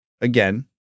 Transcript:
again